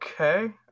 Okay